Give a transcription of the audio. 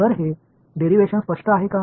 तर हे डेरीव्हेशन स्पष्ट आहे का